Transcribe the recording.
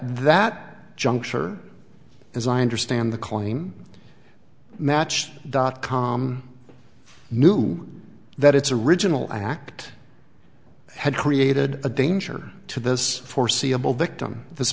that juncture as i understand the claim match dot com knew that it's original act had created a danger to this foreseeable victim this